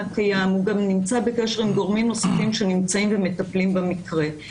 קיים והוא קם נמצא בקשר עם גורמים נוספים שמטפלים במקרה.